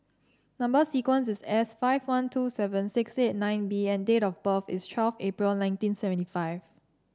number sequence is S five one two seven six eight nine B and date of birth is twelve April nineteen seventy five